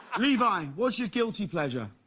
levi what's your guilty pleasure?